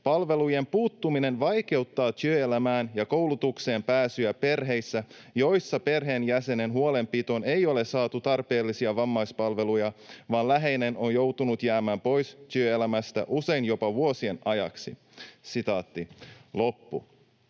”palvelujen puuttuminen vaikeuttaa työelämään ja koulutukseen pääsyä perheissä, joissa perheenjäsenen huolenpitoon ei ole saatu tarpeellisia vammaispalveluja vaan läheinen on joutunut jäämään pois työelämästä usein jopa vuosien ajaksi”. Onhan se